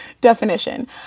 definition